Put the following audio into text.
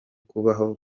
kubaho